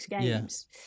games